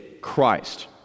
Christ